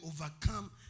overcome